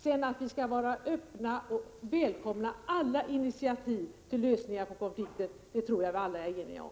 Att vi sedan skall vara öppna för och välkomna alla initiativ till lösningar på konflikten tror jag att det råder enighet om.